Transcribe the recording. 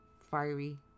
fiery